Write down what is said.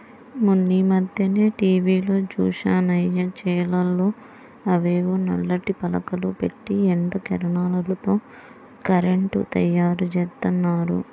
మొన్నీమధ్యనే టీవీలో జూశానయ్య, చేలల్లో అవేవో నల్లటి పలకలు బెట్టి ఎండ కిరణాలతో కరెంటు తయ్యారుజేత్తన్నారు